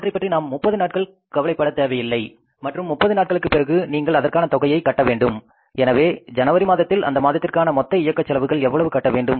அவற்றை பற்றி நாம் 30 நாட்களுக்கு கவலைப்படத் தேவையில்லை மற்றும் 30 நாட்களுக்கு பிறகு நீங்கள் அதற்கான தொகையை கட்ட வேண்டும் எனவே ஜனவரி மாதத்தில் அந்த மாதத்திற்கான மொத்த இயக்க செலவுகள் எவ்வளவு கட்டவேண்டும்